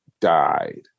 died